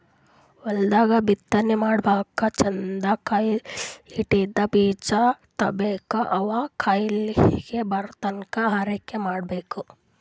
ಹೊಲ್ದಾಗ್ ಬಿತ್ತನೆ ಮಾಡ್ಲಾಕ್ಕ್ ಚಂದ್ ಕ್ವಾಲಿಟಿದ್ದ್ ಬೀಜ ತರ್ಬೆಕ್ ಅವ್ ಕೊಯ್ಲಿಗ್ ಬರತನಾ ಆರೈಕೆ ಮಾಡ್ಬೇಕ್